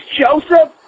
Joseph